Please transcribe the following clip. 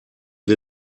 wir